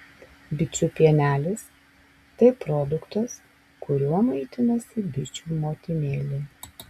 bičių pienelis tai produktas kuriuo maitinasi bičių motinėlė